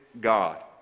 God